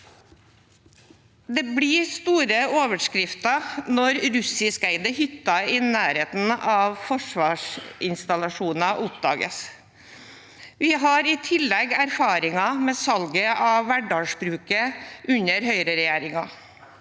Det blir store overskrifter når russiskeide hytter i nærheten av forsvarsinstallasjoner oppdages. Vi har i tillegg erfaringer med salget av Værdalsbruket under høyreregjeringen,